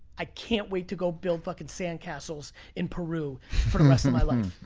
i can't wait to go build fucking sandcastles in peru for the rest of my life.